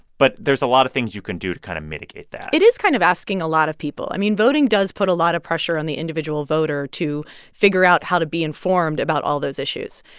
but there's a lot of things you can do to kind of mitigate that it is kind of asking a lot of people. i mean, voting does put a lot of pressure on the individual voter to figure out how to be informed about all those issues,